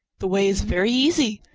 the way is very easy.